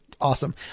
awesome